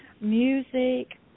music